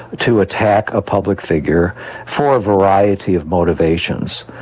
to attack a public figure for a variety of motivations.